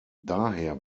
daher